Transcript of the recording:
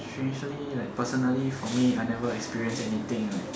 strangely like personally for me I never experience anything right